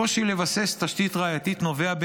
הקושי לבסס תשתית ראייתית נובע,